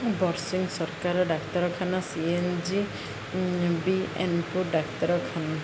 ବର୍ଷିନ୍ ସରକାର ଡାକ୍ତରଖାନା ସିଏନ୍ଜି ବିଏନ୍ପୋ ଡାକ୍ତରଖାନା